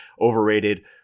Overrated